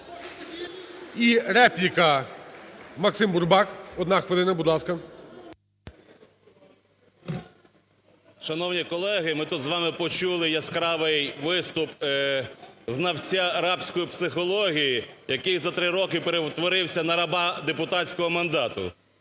І репліка – Максим Бурбак. Одна хвилина, будь ласка. 13:21:27 БУРБАК М.Ю. Шановні колеги, ми тут з вами почули яскравий виступ знавця рабської психології, який за 3 роки перетворився на раба депутатського мандату,